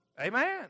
Amen